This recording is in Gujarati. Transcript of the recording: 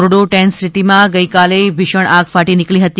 ધોરડો ટેન્ટસિટીમાં ગઇકાલે ભીષણ આગ ફાટી નીકળી હતી